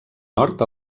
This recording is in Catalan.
nord